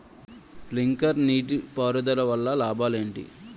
Sprinkler నీటిపారుదల వల్ల లాభాలు ఏంటి?